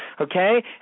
okay